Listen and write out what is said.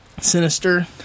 sinister